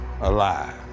alive